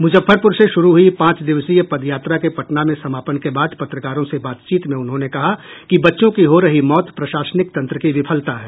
मुजफ्फरपुर से शुरू हुई पांच दिवसीय पदयात्रा के पटना में समापन के बाद पत्रकारों से बातचीत में उन्होंने कहा कि बच्चों की हो रही मौत प्रशासनिक तंत्र की विफलता है